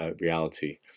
reality